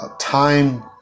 time